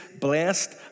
blessed